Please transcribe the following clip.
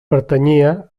pertanyia